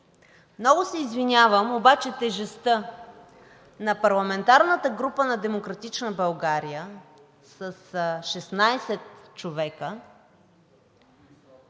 Много се извинявам, обаче тежестта на парламентарната група на „Демократична България“ с 16 човека